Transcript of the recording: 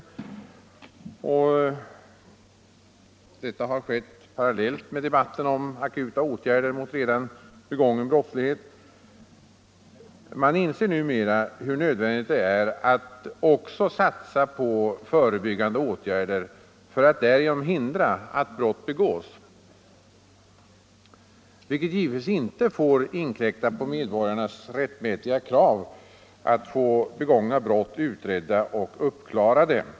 Detta har skett parallellt med debatten om akuta åtgärder mot redan begången brottslighet. Man inser numera hur nödvändigt det är att också satsa på förebyggande åtgärder för att därigenom hindra att brott begås, vilket givetvis inte får inkräkta på medborgarnas rättmätiga krav på att få begångna brott utredda och uppklarade.